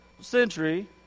century